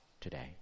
today